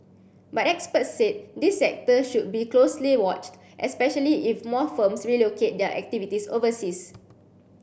but experts said this sector should be closely watched especially if more firms relocate their activities overseas